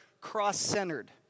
cross-centered